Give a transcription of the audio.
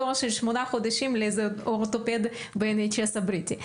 שמונה חודשים לתור לאיזה אורתופד ב-NHS הבריטי.